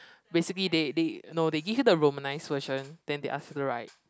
basically they they no they give you the romanised version then they ask you to write